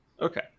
Okay